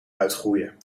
uitgroeien